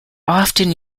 often